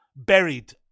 buried